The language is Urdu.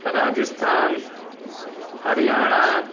راجستھان ہریانہ